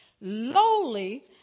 lowly